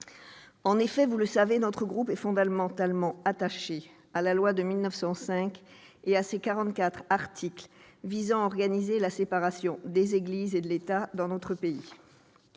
En effet, vous le savez, notre groupe est fondamentalement attaché à la loi de 1905 et à ses 44 articles visant à organiser la séparation des églises et de l'État dans notre pays.